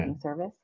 service